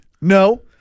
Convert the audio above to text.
No